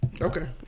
Okay